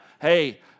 hey